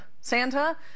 Santa